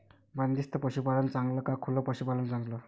बंदिस्त पशूपालन चांगलं का खुलं पशूपालन चांगलं?